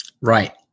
Right